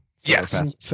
Yes